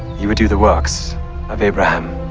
ye would do the works of abraham.